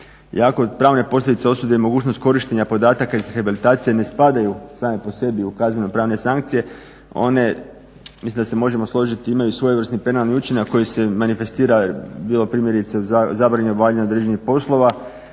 Iako pravne posljedice osude mogućnost korištenja podataka iz …/Govornik se ne razumije./… ne spadaju same po sebi u kazneno-pravne sankcije one, mislim da se možemo složiti imaju svojevrsni penalni učinak koji se manifestira bilo primjerice zabrani obavljanja određenih poslova